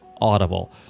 audible